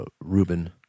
Rubin